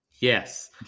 Yes